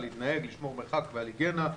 לשמור מרחק ועל היגיינה.